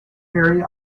harry